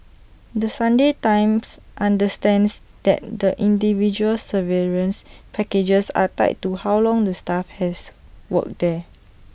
the Sunday times understands that the individual severance packages are tied to how long the staff has worked there